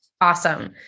Awesome